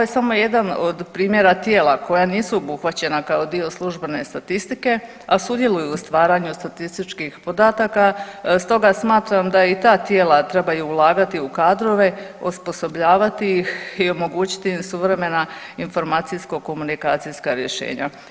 Sve ovo, ovo je samo jedan od primjera tijela koja nisu obuhvaća kao dio službene statistike, a sudjeluju u stvaranju statističkih podataka, stoga smatram da i ta tijela trebaju ulagati u kadrove, osposobljavati ih i omogućiti im suvremena informacijsko komunikacijska rješenja.